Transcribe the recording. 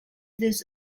this